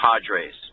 Padres